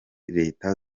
leta